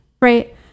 right